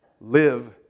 live